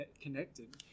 connected